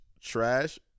trash